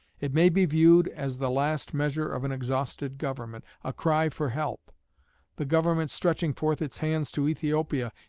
it may be viewed as the last measure of an exhausted government, a cry for help the government stretching forth its hands to ethiopia,